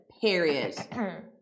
Period